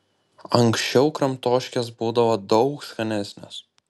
anksčiau kramtoškės būdavo daug skanesnės